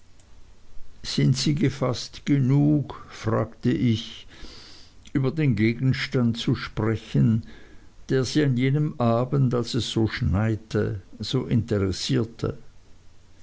sind sie gefaßt genug fragte ich über den gegenstand zu sprechen der sie an jenem abend als es so schneite so interessierte